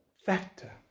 factor